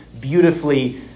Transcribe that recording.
beautifully